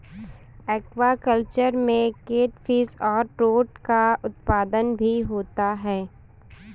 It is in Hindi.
एक्वाकल्चर में केटफिश और ट्रोट का उत्पादन भी होता है